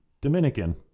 Dominican